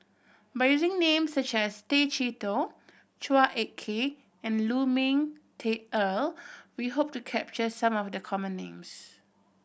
by using names such as Tay Chee Toh Chua Ek Kay and Lu Ming Teh Earl we hope to capture some of the common names